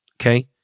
Okay